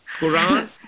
Quran